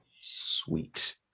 Sweet